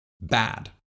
bad